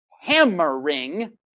hammering